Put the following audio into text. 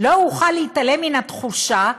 "לא אוכל להתעלם מן התחושה,